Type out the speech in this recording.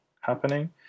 happening